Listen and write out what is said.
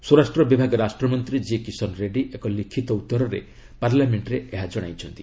ସ୍ୱରାଷ୍ଟ୍ର ବିଭାଗ ରାଷ୍ଟ୍ରମନ୍ତ୍ରୀ ଜିକିଷନ ରେଡ୍ରୀ ଏକ ଲିଖିତ ଉତ୍ତରେ ପାର୍ଲାମେଣ୍ଟରେ ଏହା ଜଣାଇଥିଲେ